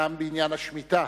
גם בעניין השמיטה,